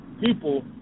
people